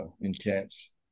intense